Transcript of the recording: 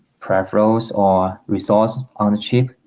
preference or resource on the chip